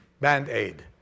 band-aid